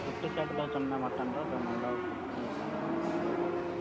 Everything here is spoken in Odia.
ପୁଟି ସେଟ୍ ଦେଉଛନ୍ତି ନା ମଟନ୍ର ଯେଉଁ ମୁଣ୍ଡ ପୁଟି ତାର ନଳୀ ସବୁ